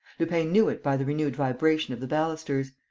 lupin knew it by the renewed vibration of the balusters.